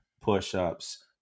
push-ups